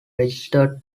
registered